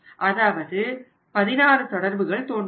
அதாவது 16 தொடர்புகள் தோன்றும்